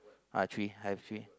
out of three I have three